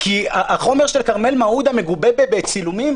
כי החומר של כרמל מעודה מגובה בצילומים.